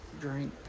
drink